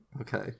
okay